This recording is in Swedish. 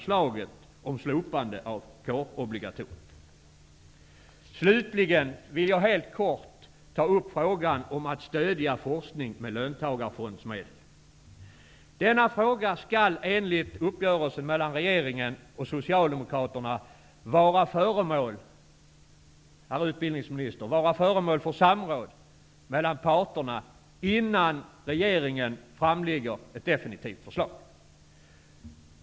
Slutligen vill jag helt kort ta upp frågan om att stödja forskning med löntagarfondsmedel. Denna fråga skall enligt uppgörelsen mellan regeringen och Socialdemokraterna vara föremål för samråd mellan parterna innan regeringen framlägger ett definitivt förslag.